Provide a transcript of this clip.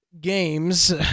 games